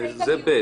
כן, זה (ב).